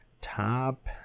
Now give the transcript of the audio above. Top